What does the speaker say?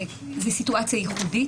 זו סיטואציה ייחודית